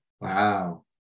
Wow